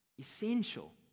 essential